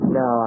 no